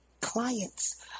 clients